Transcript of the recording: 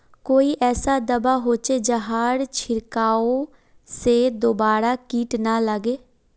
कोई ऐसा दवा होचे जहार छीरकाओ से दोबारा किट ना लगे?